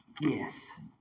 Yes